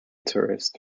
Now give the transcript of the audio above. tourists